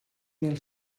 mil